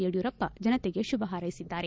ಯಡಿಯೂರಪ್ಪ ಜನತೆಗೆ ಶುಭ ಹಾರೈಸಿದ್ದಾರೆ